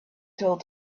told